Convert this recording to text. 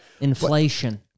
inflation